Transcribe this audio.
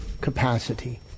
capacity